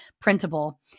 printable